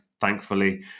thankfully